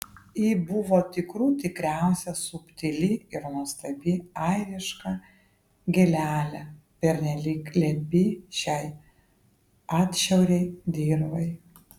ji buvo tikrų tikriausia subtili ir nuostabi airiška gėlelė pernelyg lepi šiai atšiauriai dirvai